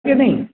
कि नहीं